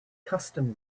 custom